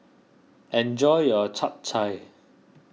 enjoy your Chap Chai